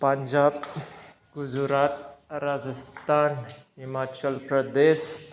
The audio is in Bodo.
पान्जाब गुजरात राजस्थान हिमाचल प्रदेश